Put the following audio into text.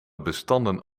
bestanden